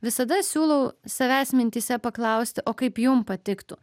visada siūlau savęs mintyse paklausti o kaip jum patiktų